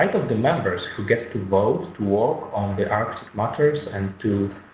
of the members who get to vote, to work on the arctic matters and to